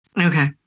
Okay